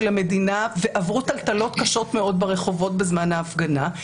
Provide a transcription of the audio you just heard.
המדינה ועברו טלטלות קשות מאוד ברחובות בזמן ההפגנה,